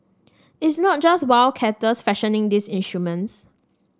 it's not just wildcatters fashioning these instruments